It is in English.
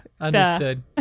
Understood